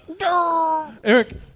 Eric